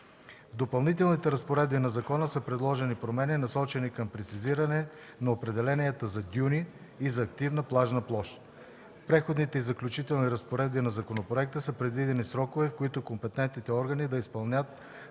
В допълнителните разпоредби на закона са предложени промени, насочени към прецизиране на определенията за дюни и за активна плажна площ. В преходните и заключителните разпоредби на законопроекта са предвидени срокове, в които компетентните органи да изпълнят